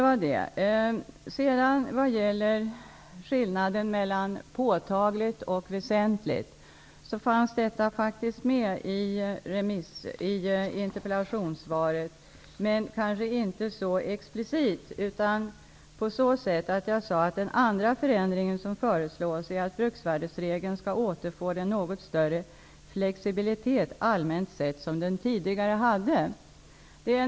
Vad sedan gäller skillnaden mellan ''påtagligt'' och ''väsentligt'' berördes den frågan i interpellationssvaret, men kanske inte så explicit. Jag sade att den andra förändring som föreslås är att bruksvärdesregeln allmänt sett skall återfå den något större flexibilitet som den tidigare hade.